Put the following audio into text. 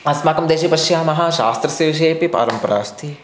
अस्माकं देशे पश्यामः शास्त्रस्य विषयेऽपि परम्परा अस्ति